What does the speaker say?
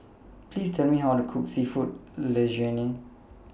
Please Tell Me How to Cook Seafood Linguine